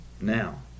Now